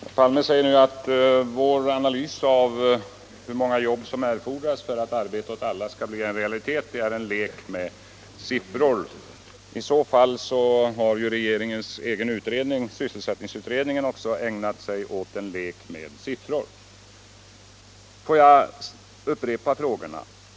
Herr talman! Herr Palme säger nu att vår analys av hur många jobb som erfordras för att arbete åt alla skall bli en realitet är en lek med siffror. I så fall har ju regeringens egen utredning, sysselsättningsutredningen, också ägnat sig åt en lek med siffror. Får jag upprepa frågorna!